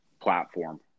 platform